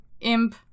imp